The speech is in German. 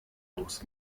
aus